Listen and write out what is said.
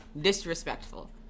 Disrespectful